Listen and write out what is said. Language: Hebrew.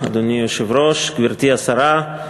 אדוני היושב-ראש, תודה רבה, גברתי השרה,